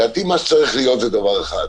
מה שצריך להיות זה דבר אחד,